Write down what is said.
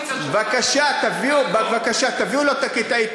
בבקשה, תביאו לו את קטעי העיתונות.